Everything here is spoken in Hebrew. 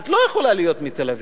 את לא יכולה להיות מתל-אביב.